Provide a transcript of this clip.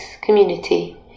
community